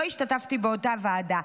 לא השתתפתי באותה ועדה,